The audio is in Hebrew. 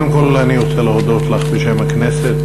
קודם כול אני רוצה להודות לך בשם הכנסת.